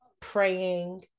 praying